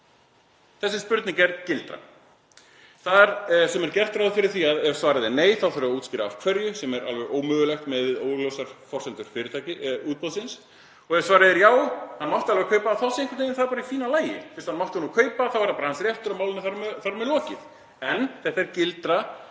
Þessi spurning er gildra þar sem er gert ráð fyrir því að ef svarið er nei þá þurfi að útskýra af hverju, sem er alveg ómögulegt miðað við óljósar forsendur útboðsins, og ef svarið er já, hann mátti kaupa, þá einhvern veginn er það bara í fína lagi. Fyrst hann mátti nú kaupa þá er það bara hans réttur og málinu er þar með lokið. Þetta er gildra